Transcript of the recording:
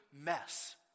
mess